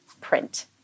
print